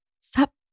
Stop